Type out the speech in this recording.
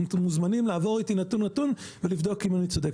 מוזמנים לעבור איתי נתון-נתון ולבדוק אם אני צודק.